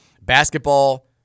basketball